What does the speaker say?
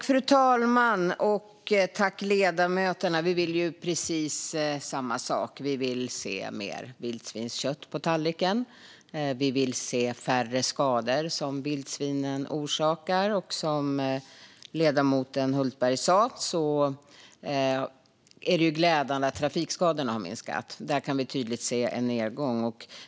Fru talman! Jag tackar ledamöterna. Vi vill precis samma sak. Vi vill se mer vildsvinskött på tallriken. Vi vill se färre skador som vildsvinen orsakar. Som ledamoten Hultberg sa är det glädjande att trafikskadorna har minskat. Där kan vi se en tydlig nedgång.